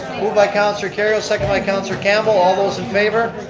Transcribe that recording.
by councilor kerrio, seconded by councilor campbell. all those in favor?